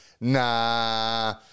nah